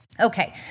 Okay